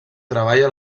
treballa